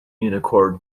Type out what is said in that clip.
unicorn